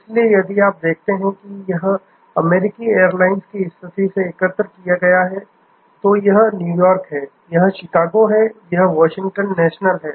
इसलिए यदि आप देखते हैं कि यह अमेरिकी एयरलाइंस की स्थिति से एकत्र किया गया है तो यह न्यूयॉर्क है यह शिकागो है यह वाशिंगटन नेशनल है